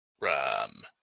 Ram